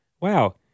Wow